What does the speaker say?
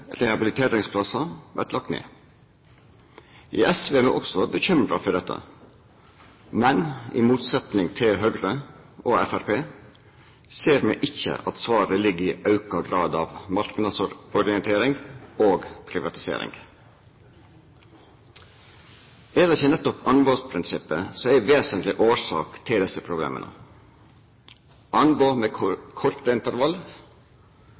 rehabiliteringsplassar blir lagde ned. I SV er me også bekymra for dette, men i motsetning til Høgre og Framstegspartiet ser me ikkje at svaret ligg i auka grad av marknadsorientering og privatisering. Er det ikkje nettopp anbodsprinsippet som er ei vesentleg årsak til desse problema? Anbod med